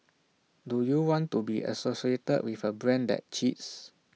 do you want to be associated with A brand that cheats